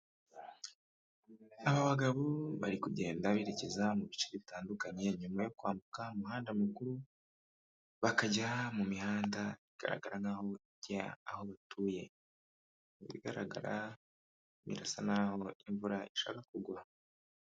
Aba bagabo bari kugenda berekeza mu bice bitandukanye nyuma yo kwambuka umuhanda mukuru bakajya mu mihanda igaragara nk'aho ijya aho batuye, mu bigaragara birasa naho imvura ishaka kugwa.